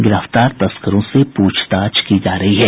गिरफ्तार तस्करों से पूछताछ की जा रही है